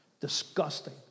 Disgusting